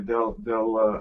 dėl dėl